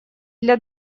для